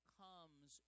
comes